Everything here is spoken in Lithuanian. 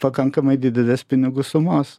pakankamai didelės pinigų sumos